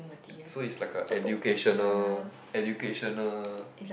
so it's like a educational educational